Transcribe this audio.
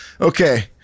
Okay